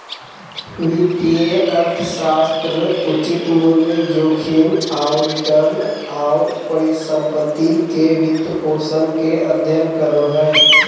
वित्तीय अर्थशास्त्र उचित मूल्य, जोखिम आऊ रिटर्न, आऊ परिसम्पत्ति के वित्तपोषण के अध्ययन करो हइ